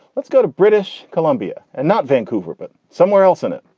let's go to british columbia and not vancouver, but somewhere else in it.